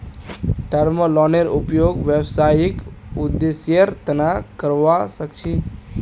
term लोनेर उपयोग व्यावसायिक उद्देश्येर तना करावा सख छी